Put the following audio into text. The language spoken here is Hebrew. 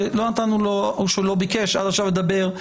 שלא נתנו לו או שהוא לא ביקש עד עכשיו לדבר,